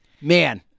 man